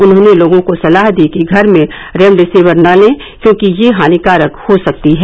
उन्होंने लोगों को सलाह दी कि घर में रेमडेसिविर न लें क्योंकि यह हानिकारक हो सकती है